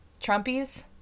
Trumpies